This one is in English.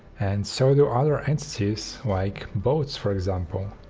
and so do other entities like boats, for example.